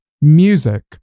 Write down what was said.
music